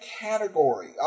category